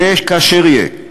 יהיה אשר יהיה,